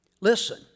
Listen